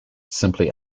simply